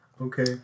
Okay